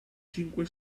cinque